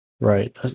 Right